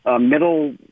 middle